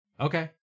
Okay